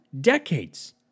decades